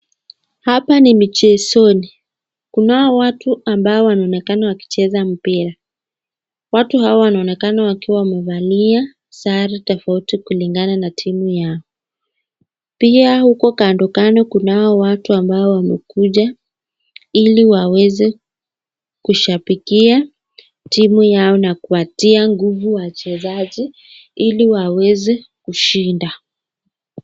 Hapa ni michezoni, kunao watu ambao wanaonekana wakicheza mpira. Watu hawa wanaonekana wakiwa wamevalia sare tofauti kulingana na timu yao. Pia huko kando kando kunao watu ambao wamekuja ili waweze kushabikia timu zao na kuwatia nguvu wachezaji ili waweze kushinda.